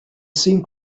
seemed